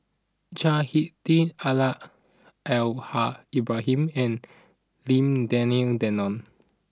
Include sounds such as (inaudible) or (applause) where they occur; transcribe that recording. Chao Hick Tin (unintelligible) Al Haj Ibrahim and Lim Denan Denon